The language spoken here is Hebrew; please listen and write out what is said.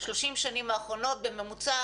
ב-30 השנים האחרונות בממוצע,